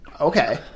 Okay